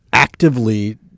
actively